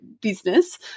business